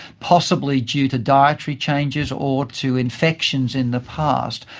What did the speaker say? possibly due to dietary changes or to infections in the past,